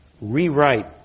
rewrite